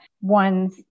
one's